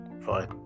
Fine